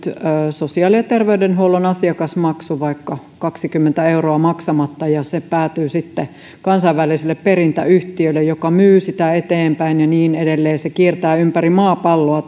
sosiaali ja terveydenhuollon asiakasmaksu vaikka kaksikymmentä euroa maksamatta ja se päätyy sitten kansainväliselle perintäyhtiölle joka myy sitä eteenpäin ja niin edelleen se lasku kiertää ympäri maapalloa